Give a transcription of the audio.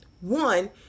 One